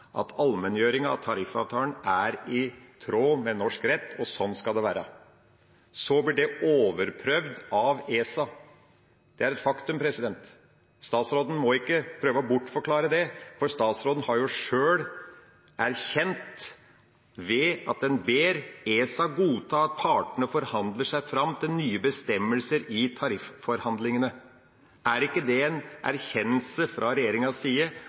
at allmenngjøringen av tariffavtalen er i tråd med norsk rett, og sånn skal det være. Så blir det overprøvd av ESA. Det er et faktum. Statsråden må ikke prøve å bortforklare det, for statsråden har jo sjøl erkjent det ved at en ber ESA godta at partene forhandler seg fram til nye bestemmelser i tarifforhandlingene. Er ikke det en erkjennelse fra regjeringas side